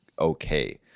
okay